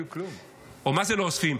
מה זה לא אוספים?